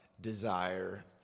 desire